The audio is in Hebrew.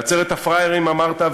בעצרת הפראיירים אמרת: